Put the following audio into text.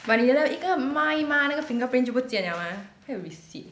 but 你的一个抹一抹那个 fingerprint 就不见了吗还有 receipt